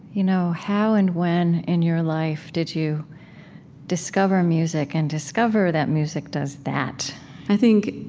you know how and when in your life did you discover music and discover that music does that i think